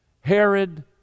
Herod